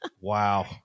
Wow